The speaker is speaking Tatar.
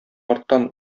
арттан